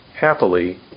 happily